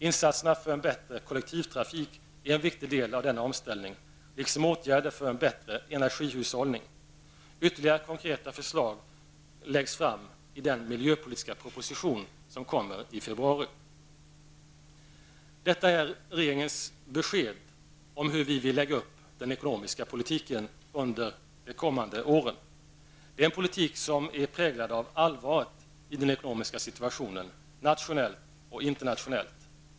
Insatserna för en bättre kollektivtrafik är en viktig del av denna omställning, liksom åtgärder för en bättre energihushållning. Ytterligare konkreta förslag läggs fram i den miljöpolitiska proposition som kommer i februari. Detta är regeringens besked om hur vi vill lägga upp den ekonomiska politiken under de kommande åren. Det är en politik som är präglad av allvaret i den ekonomiska situationen, nationellt och internationellt.